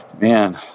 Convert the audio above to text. Man